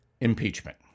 impeachment